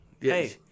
Hey